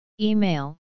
Email